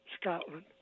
Scotland